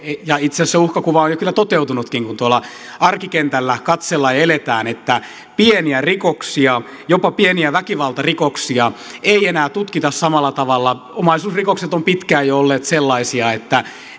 ja itse asiassa uhkakuva on jo kyllä toteutunutkin kun tuolla arkikentällä katsellaan ja eletään että pieniä rikoksia jopa pieniä väkivaltarikoksia ei enää tutkita samalla tavalla omaisuusrikokset ovat pitkään jo olleet sellaisia että